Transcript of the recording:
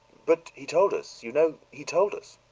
but he told us, you know he told us,